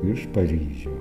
iš paryžiaus